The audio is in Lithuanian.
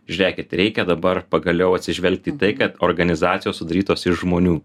žiūrėkit reikia dabar pagaliau atsižvelgti į tai kad organizacijos sudarytos iš žmonių